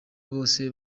bose